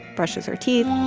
brushes her teeth,